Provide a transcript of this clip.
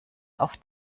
auf